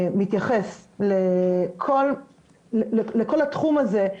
מתייחס לכל התחום הזה,